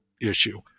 issue